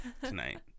tonight